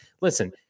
Listen